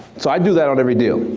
so i do that on every deal.